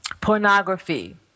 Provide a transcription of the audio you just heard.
pornography